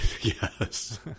Yes